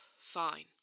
Fine